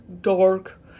dark